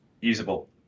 usable